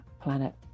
planet